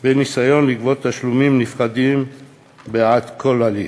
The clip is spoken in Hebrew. בניסיון לגבות תשלומים נפרדים בעד כל הליך.